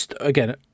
again